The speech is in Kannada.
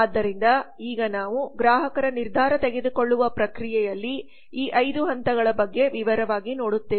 ಆದ್ದರಿಂದ ಈಗ ನಾವು ಗ್ರಾಹಕರ ನಿರ್ಧಾರ ತೆಗೆದುಕೊಳ್ಳುವ ಪ್ರಕ್ರಿಯೆಯಲ್ಲಿ ಈ ಐದು ಹಂತಗಳ ಬಗ್ಗೆ ವಿವರವಾಗಿ ನೋಡುತ್ತೇವೆ